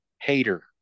hater